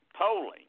polling